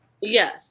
Yes